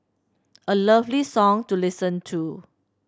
a lovely song to listen to